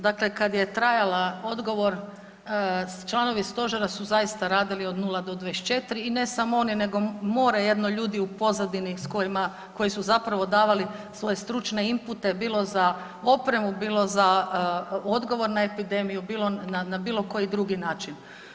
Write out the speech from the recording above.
Dakle, kada je trajala, odgovor, članovi Stožera su zaista radili od 0-24 i ne samo oni, nego more jedno ljudi u pozadini koji su zapravo davali svoje stručne impute bilo za opremu, bilo za odgovor na epidemiju, bilo na, na bilo koji drugi način.